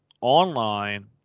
online